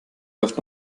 läuft